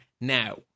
now